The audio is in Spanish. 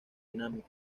dinámica